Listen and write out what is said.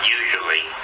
usually